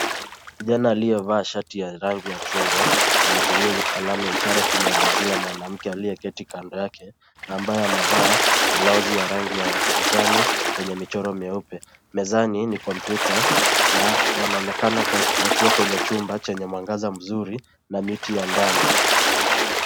Kijana aliyevaa shati ya rangi ya chungwa anatumia alama ya ishara kumwelezea mwanamke aliyeketi kando yake ambaye amevaa blauzi ya rangi ya kijani yenye michoro meupe. Mezani ni kompyuta na wanaonekana wakiwa kwenye chumba chenye mwangaza mzuri na miti ya ndani.